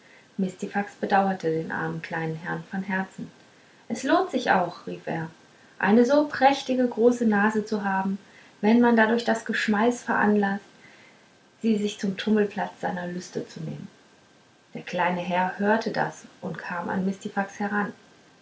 mistifax bedauerte den armen kleinen herrn von herzen es lohnt sich auch rief er eine so prächtige große nase zu haben wenn man dadurch das geschmeiß veranlaßt sie sich zum tummelplatz seiner lüste zu nehmen der kleine herr hörte das und kam an mistifax heran